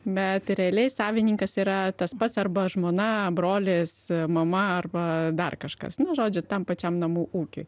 bet realiai savininkas yra tas pats arba žmona brolis mama arba dar kažkas nu žodžiu tam pačiam namų ūkiui